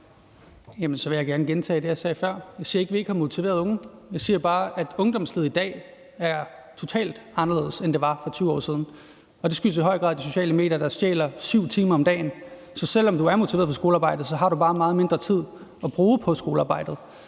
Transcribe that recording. jeg gerne gentage det, jeg sagde før. Jeg siger ikke, at vi ikke har motiverede unge. Jeg siger bare, at ungdomslivet i dag er totalt anderledes, end det var for 20 år siden, og det skyldes i høj grad de sociale medier, der stjæler 7 timer om dagen. Så selv om du er motiveret for skolearbejde, har du bare meget mindre tid at bruge på skolearbejdet.